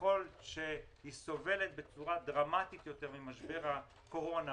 וככל שהיא סובלת בצורה דרמטית יותר ממשבר הקורונה,